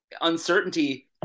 uncertainty